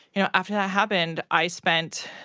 you know, after that happened, i spent,